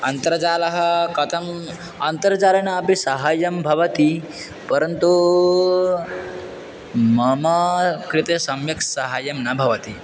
अन्तर्जालं कथम् अन्तर्जालेन अपि सहाय्यं भवति परन्तु मम कृते सम्यक् सहाय्यं न भवति